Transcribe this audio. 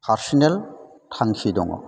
personal थांखि दङ